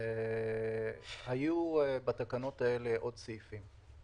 היו בתקנות האלה עוד סעיפים.